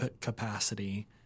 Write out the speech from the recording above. capacity